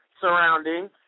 surrounding